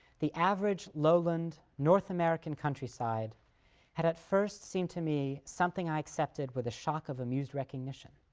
the average lowland north american countryside had at first seemed to me something i accepted with a shock of amused recognition,